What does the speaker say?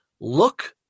look